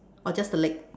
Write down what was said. or just the leg